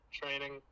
training